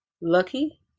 lucky